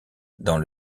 dans